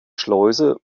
schleuse